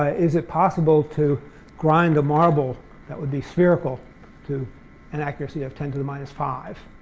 ah is it possible to grind a marble that would be spherical to an accuracy of ten to the minus five.